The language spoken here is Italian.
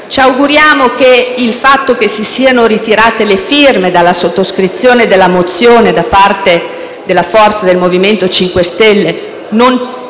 Ci auguriamo che il fatto che siano state ritirate le firme dalla sottoscrizione della mozione da parte del MoVimento 5 Stelle non